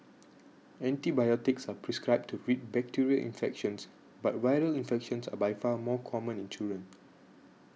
antibiotics are prescribed to treat bacterial infections but viral infections are by far more common in children